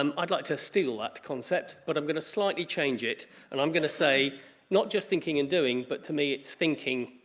um i'd like to steal that concept but i'm going to slightly change it and i'm going to say not just thinking and doing but to me it's thinking,